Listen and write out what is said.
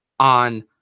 On